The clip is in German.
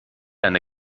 eine